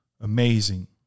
amazing